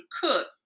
cook